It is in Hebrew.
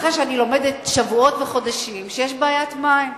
אחרי שאני לומדת שבועות וחודשים שיש בעיית מים.